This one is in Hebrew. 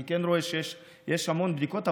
אני כן רואה שיש המון בדיקות,